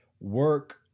Work